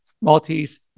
Maltese